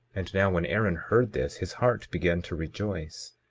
and now when aaron heard this, his heart began to rejoice,